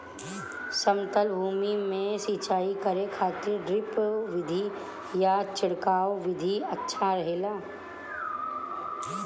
समतल भूमि में सिंचाई करे खातिर ड्रिप विधि या छिड़काव विधि अच्छा रहेला?